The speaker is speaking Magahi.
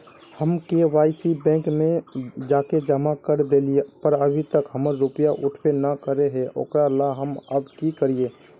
हम के.वाई.सी बैंक में जाके जमा कर देलिए पर अभी तक हमर रुपया उठबे न करे है ओकरा ला हम अब की करिए?